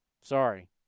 Sorry